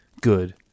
Good